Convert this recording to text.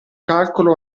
calcolo